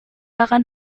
akan